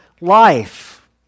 life